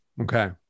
Okay